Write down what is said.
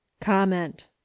comment